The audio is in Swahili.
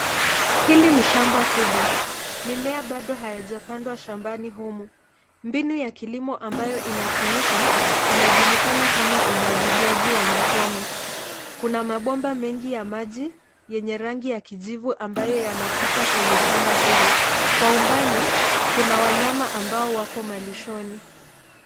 Hili ni shamba kubwa. Mimea bado hayajapandwa shambani humu. Mbinu ya kilimo ambayo inatumika inajulikana kama umwagiliaji wa matone .Kuna mabomba mengi ya maji yenye rangi ya kijivu ambayo yanapita kwenye shamba hili. Kwa umbali, kuna wanyama ambao wako malishoni.